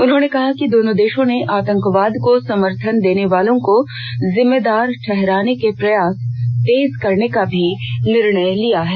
उन्होंने कहा कि दोनों देशों ने आतंकवाद को समर्थन देने वालों को जिम्मेदार ठहराने के प्रयास तेज करने का भी निर्णय लिया है